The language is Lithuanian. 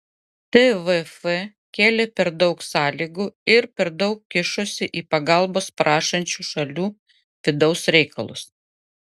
tvf kėlė per daug sąlygų ir per daug kišosi į pagalbos prašančių šalių vidaus reikalus